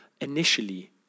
initially